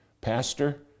Pastor